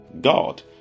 God